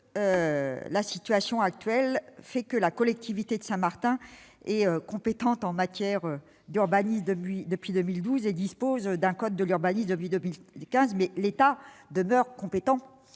de loi est un texte de bon sens. La collectivité de Saint-Martin est compétente en matière d'urbanisme depuis 2012 et dispose d'un code de l'urbanisme depuis 2015, mais l'État demeure compétent